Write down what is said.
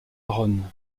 aaron